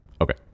okay